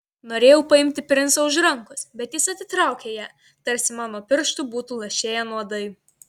norėjau paimti princą už rankos bet jis atitraukė ją tarsi man nuo pirštų būtų lašėję nuodai